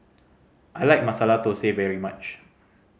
I like Masala Thosai very much